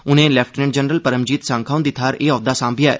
उनें lieutenant general Paramjit Sangha हुंदी थाह्र एह् औहद्वा सांभेआ ऐ